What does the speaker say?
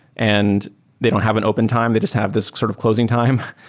and they don't have an open time. they just have this sort of closing time.